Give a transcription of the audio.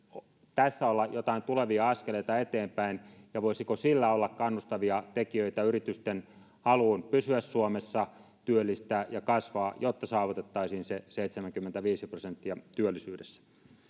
tässä olla joitain tulevia askeleita eteenpäin ja voisiko sillä olla kannustavia tekijöitä yritysten haluun pysyä suomessa työllistää ja kasvaa jotta saavutettaisiin se seitsemänkymmentäviisi prosenttia työllisyydessä